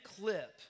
clip